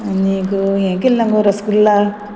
आनीक हें केल्लो गो रस्कुल्ला